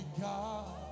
God